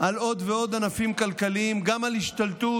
על עוד ועוד ענפים כלכליים, וגם להשתלטות